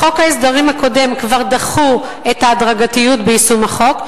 בחוק ההסדרים הקודם כבר דחו את ההדרגתיות ביישום החוק,